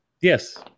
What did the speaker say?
Yes